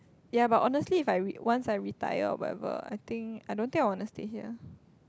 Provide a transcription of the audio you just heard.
ya but honestly if I re~ once I retire or whatever I think I don't think I want to stay here